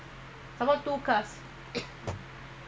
if you don't earn how